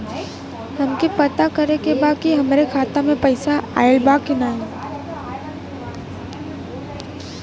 हमके पता करे के बा कि हमरे खाता में पैसा ऑइल बा कि ना?